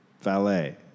valet